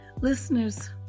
Listeners